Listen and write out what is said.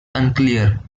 unclear